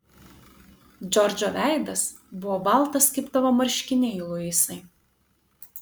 džordžo veidas buvo baltas kaip tavo marškiniai luisai